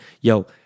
Yo